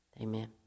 amen